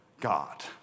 God